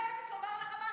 אני חייבת לומר לך משהו,